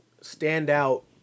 standout